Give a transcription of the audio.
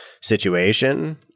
situation